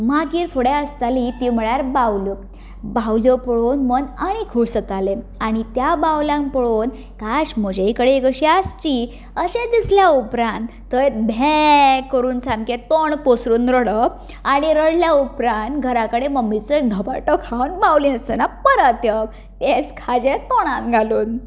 मागीर फुडें आसताली ती म्हणल्यार बावल्यो बावल्यो पळोवन मन आनीक खूश जातालें आनी त्या बावल्यांक पळोवन काश म्हजेय कडेन अशी एक आसची अशें दिसल्या उपरांत थंय भें करून सामकें तोंड पसरून रडप आनी रडल्या उपरांत घरा कडेन मम्मीचो धपाटो खावन बावली नासतना परत येवप हेंच खाजें तोंडान घालून